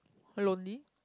are you lonely